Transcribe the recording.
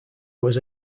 was